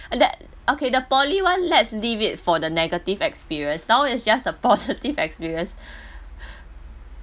a that okay the poly one let's leave it for the negative experience now is just the positive experience